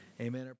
Amen